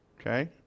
Okay